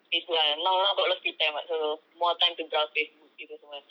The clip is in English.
facebook ah now now got a lot of free time [what] so more time to browse facebook gitu semua